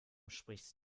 sprichst